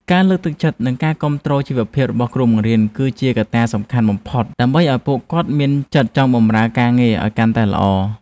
ការលើកទឹកចិត្តនិងការគាំទ្រជីវភាពរបស់គ្រូបង្រៀនគឺជាកត្តាសំខាន់បំផុតដើម្បីឱ្យពួកគាត់មានចិត្តចង់បម្រើការងារឱ្យកាន់តែល្អ។